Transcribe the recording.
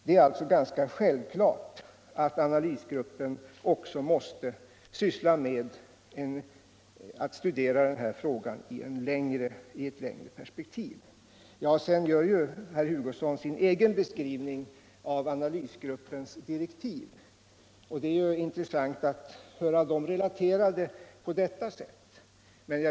Det är ganska självklart att analysgruppen också måste syssla med att studera denna fråga i ett längre perspektiv. Herr Hugosson ger här sin egen beskrivning av analysgruppens direktiv, och det är intressant att höra dem relaterade på detta sätt.